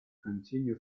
continue